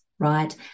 right